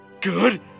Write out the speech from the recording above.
Good